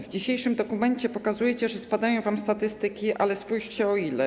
W dzisiejszym dokumencie pokazujecie, że spadają wam statystyki, ale spójrzcie o ile.